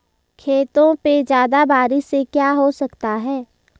खेतों पे ज्यादा बारिश से क्या हो सकता है?